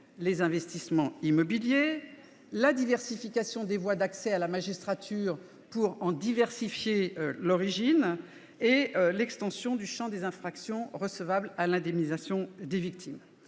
les investissements immobiliers, la diversification des voies d'accès à la magistrature et l'extension du champ des infractions recevables à l'indemnisation des victimes.